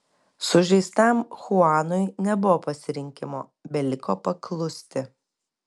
sužeistam chuanui nebuvo pasirinkimo beliko paklusti